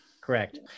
correct